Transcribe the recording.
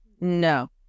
No